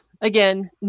again